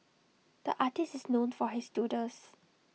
the artist is known for his doodles